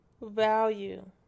value